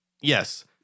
Yes